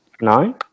Nine